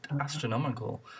astronomical